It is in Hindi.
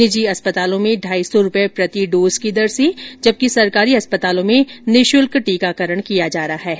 निजी अस्पतालों में ढाई सौ रूपए प्रति डोज की दर से जबकि सरकारी अस्पतालों में निःशुल्क टीकाकरण किया जा रहा है